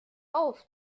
auf